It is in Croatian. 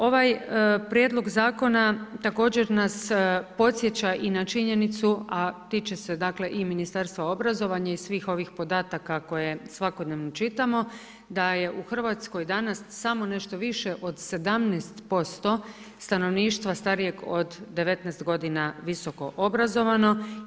Ovaj prijedlog zakona također nas podsjeća i na činjenicu a tiče se dakle i Ministarstva obrazovanja i svih ovih podataka koje svakodnevno čitamo da je u Hrvatskoj danas samo nešto više od 17% stanovništva starijeg od 19 godina visokoobrazovano.